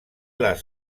les